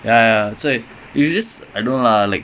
but